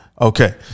Okay